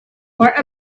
wore